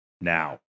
now